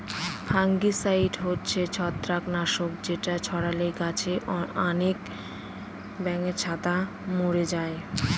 fungicide হচ্ছে ছত্রাক নাশক যেটা ছড়ালে গাছে আনেক ব্যাঙের ছাতা মোরে যায়